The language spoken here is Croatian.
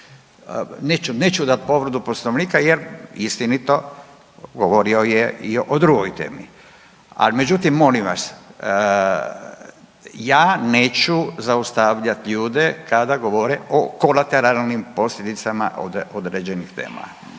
Neću dati povredu Poslovnika jer istinito govorio je i o drugoj temi. Ali međutim molim vas ja neću zaustavljat ljude kada govore o kolateralnim posljedicama određenih tema.